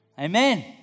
Amen